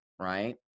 Right